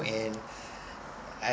and